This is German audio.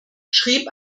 schrieb